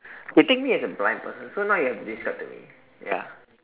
you take me as a blind person so now you have to describe to me ya